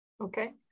Okay